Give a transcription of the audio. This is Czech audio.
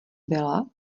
byla